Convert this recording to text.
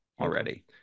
already